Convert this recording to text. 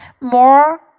more